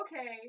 okay